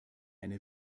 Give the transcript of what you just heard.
eine